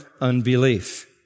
unbelief